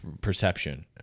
perception